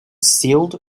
sealed